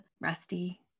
rusty